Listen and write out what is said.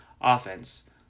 offense